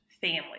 family